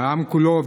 והעם כולו,